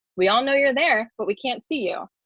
we all know you're there, but we can't see you.